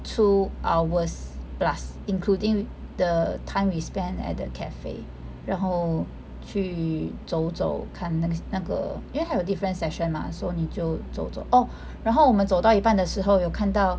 two hours plus including the time we spend at the cafe 然后去走走看那个因为他有 different session mah so 你就走走 orh 然后我们走到一半的时候有看到